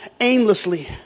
aimlessly